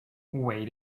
wait